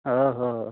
ओ हो